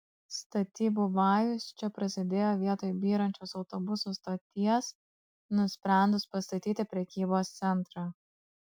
statybų vajus čia prasidėjo vietoj byrančios autobusų stoties nusprendus pastatyti prekybos centrą